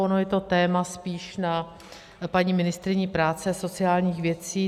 Ono je to téma spíše na paní ministryni práce a sociálních věcí.